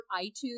iTunes